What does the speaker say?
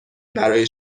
برای